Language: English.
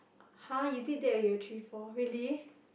[hah] you did that when you were three four really